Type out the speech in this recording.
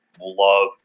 love